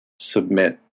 submit